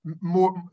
more